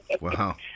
Wow